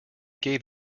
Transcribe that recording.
gave